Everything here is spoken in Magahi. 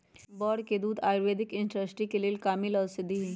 बड़ के दूध आयुर्वैदिक इंडस्ट्री के लेल कामिल औषधि हई